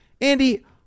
Andy